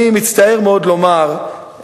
אני מצטער מאוד לומר,